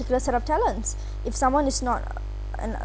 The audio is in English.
~ticular set of talents if someone is not an a~